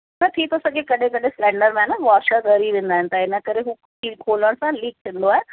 न थी थो सघे कॾहिं कॾहिं सिलेंडर में आहे न वॉशर ॻड़ी वेंदा आहिनि त इन करे हू सील खोलण सां लीक थींदो आहे